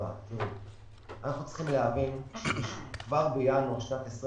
אנחנו צריכים להבין שכבר בינואר 2021